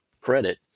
credit